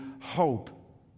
hope